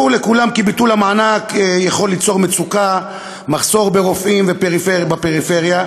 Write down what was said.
ברור לכולם כי ביטול המענק יכול ליצור מצוקה ומחסור ברופאים בפריפריה.